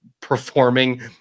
performing